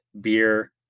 beer